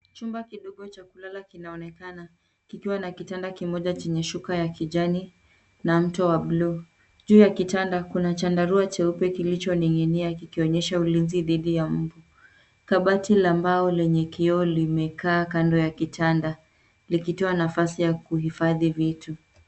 Chumba kidogo cha kulala kinaonekana kikiwa na kitanda kimoja chini ya shuka ya kijani, na mto wa bluu. Juu ya kitanda kuna chandarua cheupe kilichoning'nia kikionyesha ulinzi dhidi ya mmbu. Kabati la mbao lenye kioo limekaa kando ya kitanda likitoa nafasi ya kuhifadhi vitu.